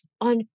on